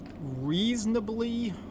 reasonably